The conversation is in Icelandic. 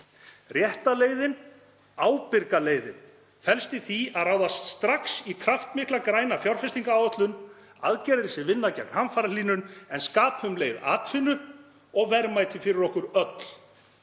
Rétta leiðin, ábyrga leiðin, felst í því að ráðast strax í kraftmikla græna fjárfestingaráætlun, aðgerðir sem vinna gegn hamfarahlýnun en skapa um leið atvinnu og verðmæti fyrir okkur öll.